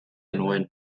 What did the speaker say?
nuen